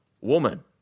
woman